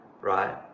right